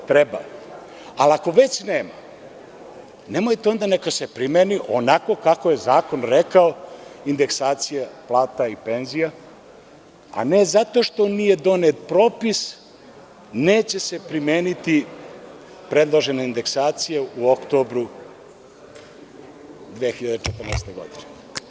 Ali, ako već nema, nemojte onda, neka se primeni onako kako je zakon rekao indeksacija plata i penzija, a ne - zato što nije donet propis, neće se primeniti predložene indeksacije u oktobru 2014. godine.